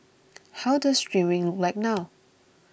how does streaming look like now